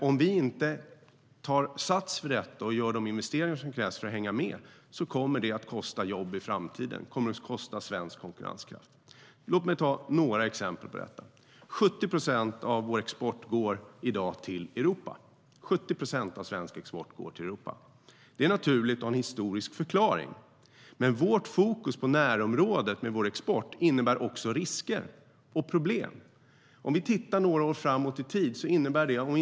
Om vi inte tar sats för detta och gör de investeringar som krävs för att hänga med kommer det att kosta jobb och svensk konkurrenskraft i framtiden. Låt mig ta några exempel på detta. 70 procent av vår export går i dag till Europa. 70 procent av svensk export går till Europa. Det är naturligt och har en historisk förklaring. Men vårt fokus på närområdet med vår export innebär också risker och problem. Om vi tittar några år framåt i tiden kan vi se vad det innebär.